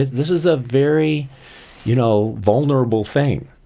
this is a very you know vulnerable thing,